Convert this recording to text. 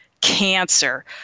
cancer